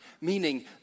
meaning